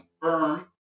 confirm